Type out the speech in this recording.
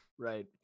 right